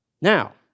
Now